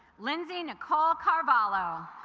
lindsey nicole carvalho